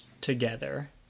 together